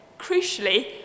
crucially